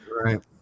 right